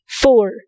Four